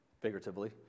figuratively